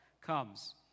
comes